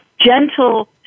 gentle